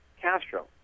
Castro